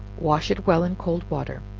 wash it well in cold water,